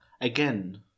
Again